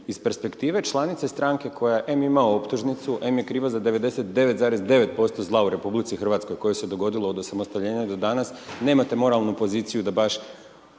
iz perspektive članice stranke koja, em ima optužnicu, em je kriva za 99,9% zla u RH, koji se dogodilo od osamostaljenja do danas, nemate moralnu poziciju da baš